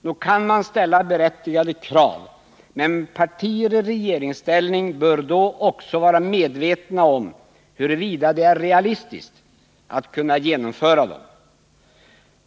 Nog kan man ställa berättigade krav, men partier i regeringsställning bör då också vara medvetna om huruvida det är realistiskt att kunna genomföra dem.